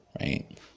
right